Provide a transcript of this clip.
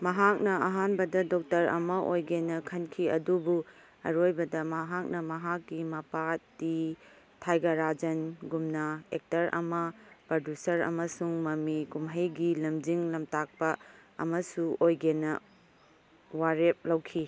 ꯃꯍꯥꯛꯅ ꯑꯍꯥꯟꯕꯗ ꯗꯣꯛꯇꯔ ꯑꯃ ꯑꯣꯏꯒꯦꯅ ꯈꯟꯈꯤ ꯑꯗꯨꯕꯨ ꯑꯔꯣꯏꯕꯗ ꯃꯍꯥꯛꯅ ꯃꯍꯥꯛꯀꯤ ꯃꯄꯥ ꯇꯤ ꯊꯥꯏꯒꯔꯥꯖꯟꯒꯨꯝꯅ ꯑꯦꯛꯇꯔ ꯑꯃ ꯄ꯭ꯔꯗꯨꯁꯔ ꯑꯃꯁꯨꯡ ꯃꯃꯤ ꯀꯨꯝꯍꯩꯒꯤ ꯂꯝꯖꯤꯡ ꯂꯝꯇꯥꯛꯄ ꯑꯃꯁꯨ ꯏꯒꯦꯅ ꯋꯥꯔꯦꯞ ꯂꯧꯈꯤ